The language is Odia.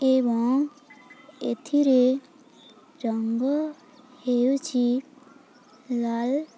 ଏବଂ ଏଥିରେ ରଙ୍ଗ ହେଉଛି ଲାଲ୍